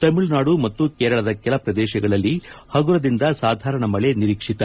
ತಮಿಳುನಾಡು ಮತ್ತು ಕೇರಳದ ಕೆಲ ಪ್ರದೇಶಗಳಲ್ಲಿ ಹಗುರದಿಂದ ಸಾಧಾರಣಾ ಮಳೆ ನಿರೀಕ್ಷಿತ